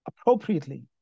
appropriately